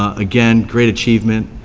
ah again, great achievement,